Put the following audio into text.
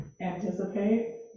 anticipate